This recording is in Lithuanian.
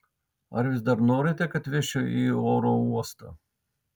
ar vis dar norite kad vežčiau į oro uostą